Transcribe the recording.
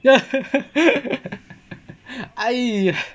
aye